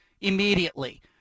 immediately